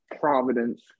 Providence